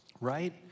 right